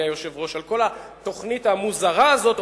על כל התוכנית המוזרה הזאת,